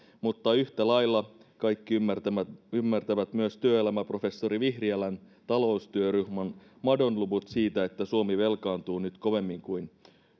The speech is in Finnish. mutta yhtä lailla kaikki ymmärtävät ymmärtävät myös työelämäprofessori vihriälän taloustyöryhmän madonluvut siitä että suomi velkaantuu nyt kovemmin kuin